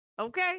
okay